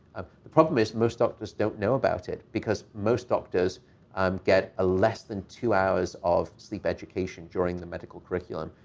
ah the problem is most doctors don't know about it because most doctors um get a less than two hours of sleep education during the medical curriculum.